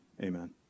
Amen